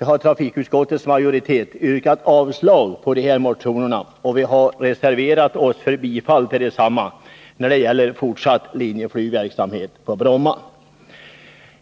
har trafikutskottets majoritet yrkat avslag på de här motionerna, och vi har reserverat oss för bifall till dessa när det gäller fortsatt linjeflygsverksamhet på Bromma.